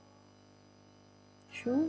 true